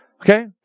okay